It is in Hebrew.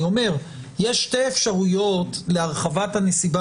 אני אומר שיש שתי אפשרויות להרחבת הנסיבה